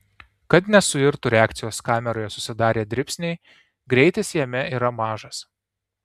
kad nesuirtų reakcijos kameroje susidarę dribsniai greitis jame yra mažas